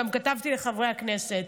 גם כתבתי לחברי הכנסת,